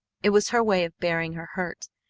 it was her way of bearing her hurt.